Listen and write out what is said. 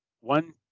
one